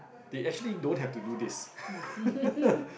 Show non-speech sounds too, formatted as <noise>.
they actually don't have to do this <laughs>